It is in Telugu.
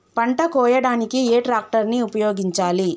పంట కోయడానికి ఏ ట్రాక్టర్ ని ఉపయోగించాలి?